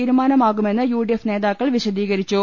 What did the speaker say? തീരുമാനമാകുമെന്ന് യുഡിഎഫ് നേതാക്കൾ വിശദീകരിച്ചു